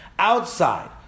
Outside